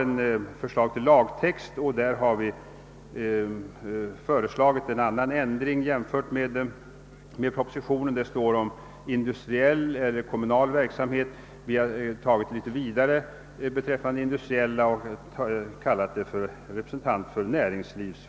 Vi har fört fram ett förslag till lagtext, som även innebär en annan ändring. I propositionen föreslås att en av ledamöterna i nämnden skall ha erfarenhet av industriell verksamhet, medan vi reservanter menar att en ledamot skall ha erfarenhet »från näringslivet».